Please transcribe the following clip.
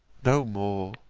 no more,